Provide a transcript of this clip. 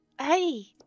Hey